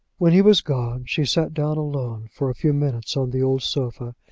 when he was gone she sat down alone for a few minutes on the old sofa,